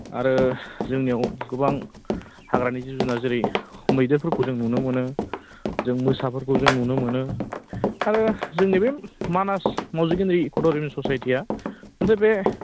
आरो जोंनियाव गोबां हाग्रानि जिब जुनार जेरै मैदेरफोरखौ जों नुनो मोनो जों मोसाफोरखौ जों नुनो मोनो आरो जोंनि बे मानास मावजि गेन्द्रि इक' टुरिजोम ससायटिया मोनसे बे